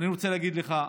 ואני רוצה להגיד לך,